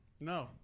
No